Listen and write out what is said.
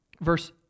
verse